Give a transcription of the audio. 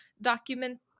document